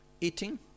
eating